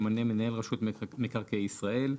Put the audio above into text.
שימנה מנהל רשות מקרקעי ישראל,